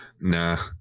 Nah